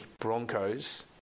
Broncos